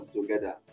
together